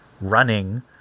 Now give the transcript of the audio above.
running